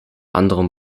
anderem